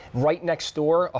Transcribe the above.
right next door, ah